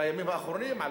בימים האחרונים,